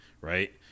right